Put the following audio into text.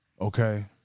Okay